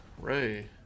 Ray